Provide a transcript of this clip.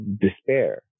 despair